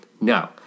No